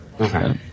Okay